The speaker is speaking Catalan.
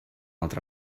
altra